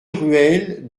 ruelle